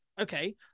Okay